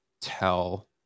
tell